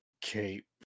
Cape